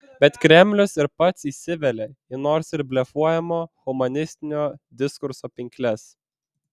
bet kremlius ir pats įsivelia į nors ir blefuojamo humanistinio diskurso pinkles